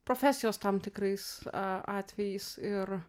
profesijos tam tikrais atvejais ir